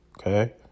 Okay